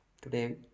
today